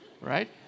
Right